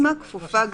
אני לא רואה.